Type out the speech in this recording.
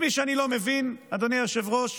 אדוני היושב-ראש,